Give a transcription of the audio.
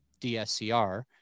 DSCR